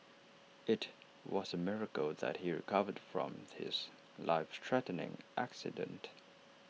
IT was A miracle that he recovered from his life threatening accident